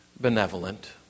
benevolent